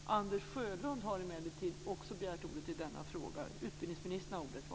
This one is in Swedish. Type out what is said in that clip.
Anders Sjölund har emellertid också begärt ordet i denna fråga.